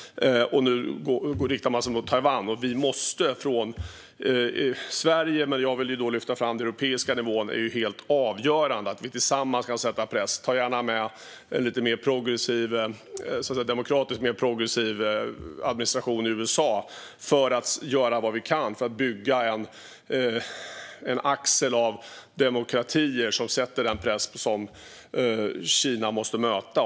Och nu riktar man sig mot Taiwan. Vi måste från Sverige och den europeiska nivån, som är helt avgörande, tillsammans sätta press. Vi kan gärna ta med en, så att säga, demokratiskt mer progressiv administration i USA för att göra vad vi kan för att bygga en axel av demokratier som sätter den press som Kina måste möta.